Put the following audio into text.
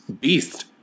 beast